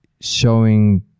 showing